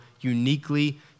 uniquely